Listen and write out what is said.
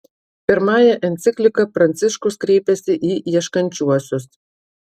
pirmąja enciklika pranciškus kreipiasi į ieškančiuosius